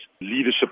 leadership